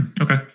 Okay